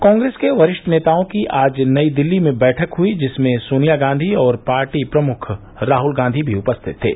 कांग्रेस के वरिष्ठ नेताओं की आज नई दिल्ली में बैठक हुई जिसमें सोनिया गांधी और पार्टी प्रमुख राहुल गांधी भी उपस्थित थे